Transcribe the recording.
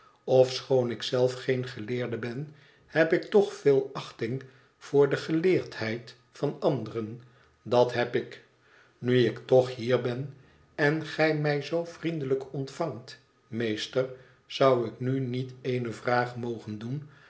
ofschoon ik zelf geen geleerde ben heb ik toch veel achting voor de geleerdheid van anderen dat heb ik nu ik toch hier ben en gij mij zoo vriendelijk ontvangt meester zou ik nu niet eene vraag mogen doen